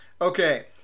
Okay